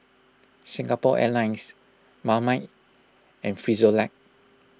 Singapore Airlines Marmite and Frisolac